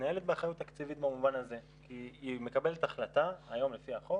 מתנהלת באחריות תקציבית במובן הזה כי היא מקבלת החלטה היום לפי החוק.